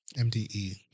MDE